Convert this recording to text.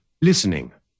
Listening